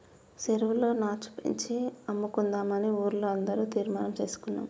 చెరువులో నాచు పెంచి అమ్ముకుందామని ఊర్లో అందరం తీర్మానం చేసుకున్నాం